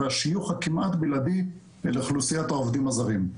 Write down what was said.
והשיוך הכמעט בלעדי אל אוכלוסיית העובדים הזרים.